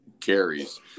carries